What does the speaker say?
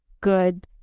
good